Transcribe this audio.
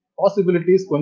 possibilities